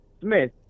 Smith